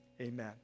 amen